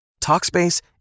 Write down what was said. Talkspace